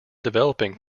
developing